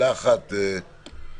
התשל"ד 1974,